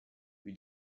lui